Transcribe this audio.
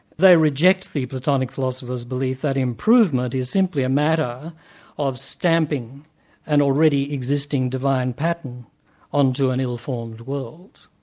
they reject the platonic philosopher's belief that improvement is simply a matter of stamping an already existing divine pattern onto an ill-formed world.